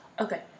Okay